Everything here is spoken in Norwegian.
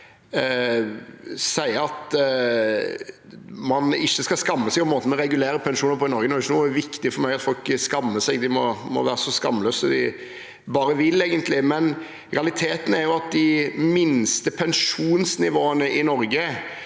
sier at man ikke skal skamme seg over måten vi regulerer pensjoner på i Norge. Nå er det ikke noe viktig for meg at folk skammer seg, de må være så skamløse de bare vil, men realiteten er jo at minstepensjonsnivåene i Norge